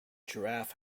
giraffe